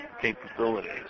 capabilities